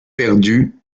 perdu